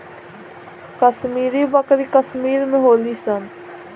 कश्मीरी बकरी कश्मीर में होली सन